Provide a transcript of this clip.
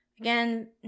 again